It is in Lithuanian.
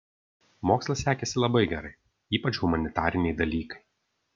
mokslas sekėsi labai gerai ypač humanitariniai dalykai